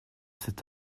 cette